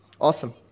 Awesome